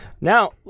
Now